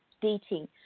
dating